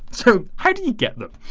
so how do you get them?